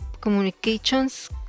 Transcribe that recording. communications